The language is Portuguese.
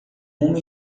homem